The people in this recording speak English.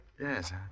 Yes